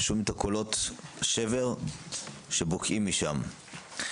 ושומעים את קולות השבר שבוקעים משם.